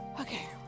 Okay